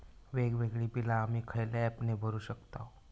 वेगवेगळी बिला आम्ही खयल्या ऍपने भरू शकताव?